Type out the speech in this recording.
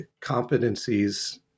competencies